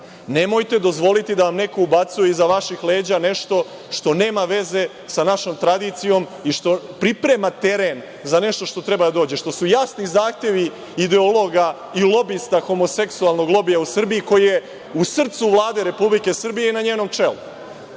Nemojte dozvoliti da vam neko ubacuje iza vaših leđa nešto što nema veze sa našom tradicijom i što priprema teren za nešto što treba da dođe, što su jasni zahtevi ideologa i lobista homoseksualnog lobija u Srbiji, koji je u srcu Vlade Republike Srbije i na njenom čelu.